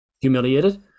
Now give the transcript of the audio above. humiliated